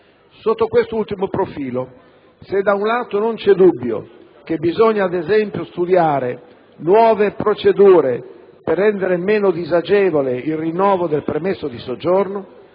Sotto quest'ultimo profilo, se da un lato non c'è dubbio che bisogna ad esempio studiare nuove procedure per rendere meno disagevole il rinnovo del permesso di soggiorno